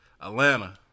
Atlanta